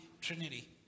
trinity